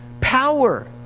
power